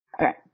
Okay